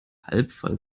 halbvoll